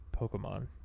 Pokemon